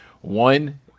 one